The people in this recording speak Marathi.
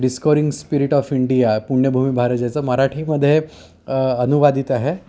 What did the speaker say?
डिस्कवरिंग स्पिरिट ऑफ इंडिया पुण्यभूमी भारजाचं मराठीमध्ये अनुवादित आहे